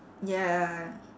ya